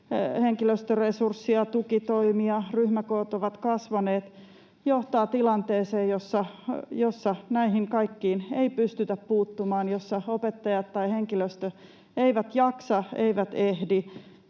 henkilöstöresursseja ja tukitoimia, ryhmäkoot ovat kasvaneet — johtaa tilanteeseen, jossa näihin kaikkiin ei pystytä puuttumaan, jossa opettajat tai henkilöstö eivät jaksa, eivät ehdi,